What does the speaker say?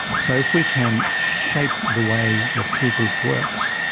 so if we can shape the way the peer group works,